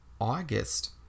August